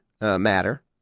matter